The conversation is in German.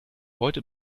heute